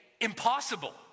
impossible